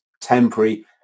temporary